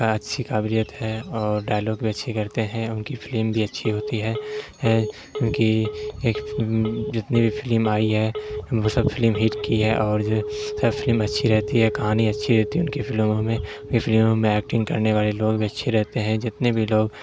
اچھی کابلیت ہے اور ڈائلاگ بھی اچھی کرتے ہیں ان کی فلم بھی اچھی ہوتی ہے ان کی ایک جتنی بھی فلم آئی ہے وہ سب فلم ہٹ کی ہے اور جو سب فلم اچھی رہتی ہے کہانی اچھی رہتی ہے ان کی فلموں میں ان کی فلموں میں ایکٹنگ کرنے والے لوگ بھی اچھے رہتے ہیں جتنے بھی لوگ